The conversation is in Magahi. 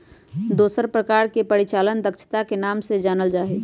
दूसर प्रकार के परिचालन दक्षता के नाम से जानल जा हई